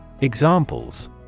Examples